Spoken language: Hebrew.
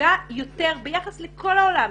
נפגע יותר ביחס לכל העולם.